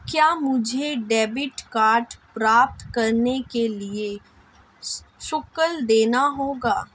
क्या मुझे debit card प्राप्त करने के लिए शुल्क देना होगा?